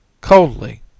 Coldly